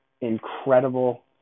incredible